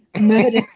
murder